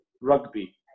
rugby